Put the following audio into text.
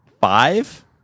five